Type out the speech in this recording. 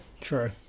True